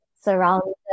surrounded